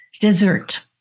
dessert